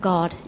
God